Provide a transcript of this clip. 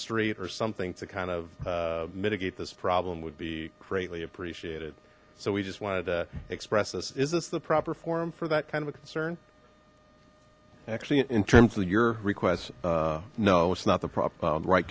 street or something to kind of mitigate this problem would be greatly appreciated so we just wanted to express this is this the proper forum for that kind of a concern actually in terms of your request no it's not the